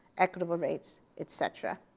equitable rates, et cetera.